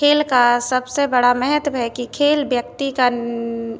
खेल का सबसे बड़ा महत्त्व है कि खेल व्यक्ति का